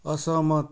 असहमत